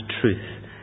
truth